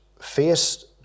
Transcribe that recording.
face